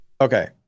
Okay